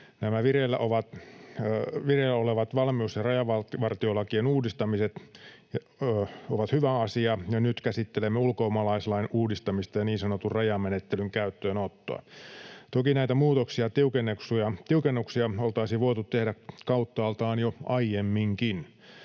Nämä vireillä olevat valmius- ja rajavartiolakien uudistamiset ovat hyvä asia, ja nyt käsittelemme ulkomaalaislain uudistamista ja niin sanotun rajamenettelyn käyttöönottoa. Toki näitä muutoksia ja tiukennuksia oltaisiin voitu tehdä kauttaaltaan jo aiemminkin.